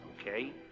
Okay